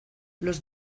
los